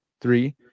Three